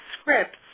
scripts